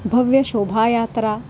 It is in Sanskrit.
भव्यशोभायात्रा